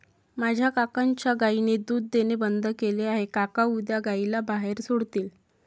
माझ्या काकांच्या गायीने दूध देणे बंद केले आहे, काका उद्या गायीला बाहेर सोडतील